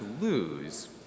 lose